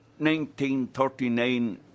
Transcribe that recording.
1939